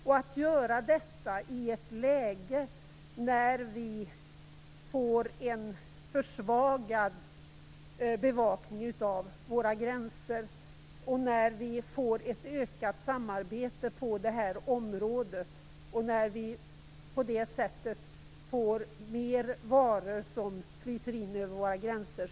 Detta görs i ett läge då vi får en försvagad bevakning av våra gränser, då vi får ett ökat samarbete på detta område och då fler varor som inte alltid är önskvärda flyter in över våra gränser.